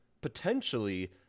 potentially